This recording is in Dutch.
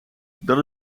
dat